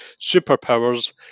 superpowers